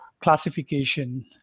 classification